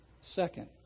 Second